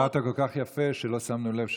דיברת כל כך יפה שלא שמנו לב שסיימת.